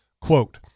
Quote